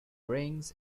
rings